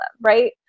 right